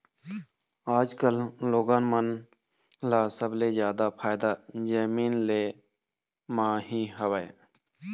आजकल लोगन मन ल सबले जादा फायदा जमीन ले म ही हवय